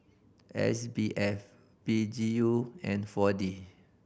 S B F P G U and Four D